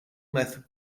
meth